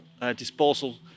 disposal